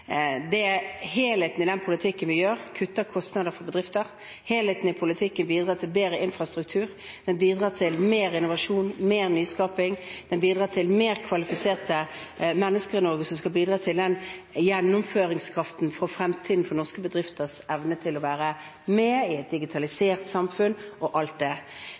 Helheten i den politikken vi fører, kutter kostnader for bedrifter. Helheten i politikken bidrar til bedre infrastruktur, den bidrar til mer innovasjon, mer nyskaping, den bidrar til mer kvalifiserte mennesker i Norge, som skal bidra til gjennomføringskraften for fremtiden, for norske bedrifters evne til å være med i et digitalisert samfunn og alt det